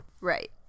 right